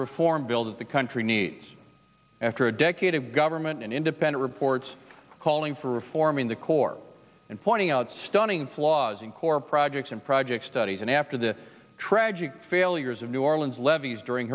reform bill that the country needs after a decade of government and independent reports calling for reform in the corps and pointing out stunning flaws in core projects and project studies and after the tragic failures of new orleans levees during